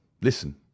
Listen